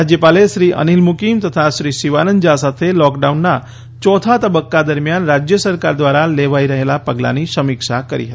રાજ્યપાલે શ્રી અનીલ મુકીમ તથા શ્રી શિવાનંદ ઝા સાથે લોકડાઉનના યોથા તબક્કા દરમિયાન રાજ્ય સરકાર દ્વારા લેવાઇ રહેલા પગલાની સમીક્ષા કરી હતી